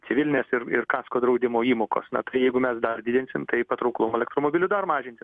civilinės ir kasko draudimo įmokos na tai jeigu mes dar didinsim tai patrauklumą elektromobilių dar mažinsim taip kad